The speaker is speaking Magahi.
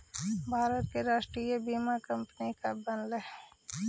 भारत में राष्ट्रीय बीमा कंपनी कब बनलइ?